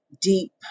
deep